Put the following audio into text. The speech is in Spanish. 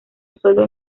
solo